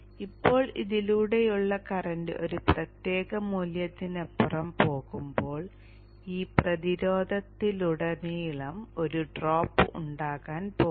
ഇപ്പോൾ ഇതിലൂടെയുള്ള കറന്റ് ഒരു പ്രത്യേക മൂല്യത്തിനപ്പുറം പോകുമ്പോൾ ഈ പ്രതിരോധത്തിലുടനീളം ഒരു ഡ്രോപ്പ് ഉണ്ടാകാൻ പോകുന്നു